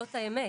זאת האמת.